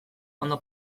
ondo